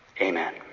Amen